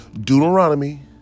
Deuteronomy